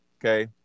Okay